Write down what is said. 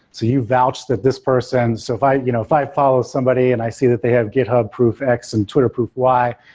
so you vouch that this person so if i you know if i follow somebody and i see that they have github proof x and twitter proof y,